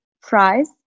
fries